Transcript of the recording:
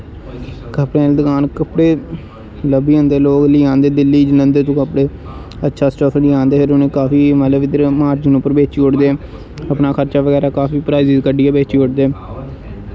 कपड़ें आह्ली दकान कपड़े लब्भी जंदे लोग लेई औंदे दिल्ली जलंदर तों कपड़े अच्छै स्टफ्फ च औंदे उ'नें काफी मतलब इद्धर मारजन उप्पर बेच्ची ओड़दे अपना खर्चा बगैरा काफी प्राईसिस कड्डियै बेची ओड़दे